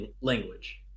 language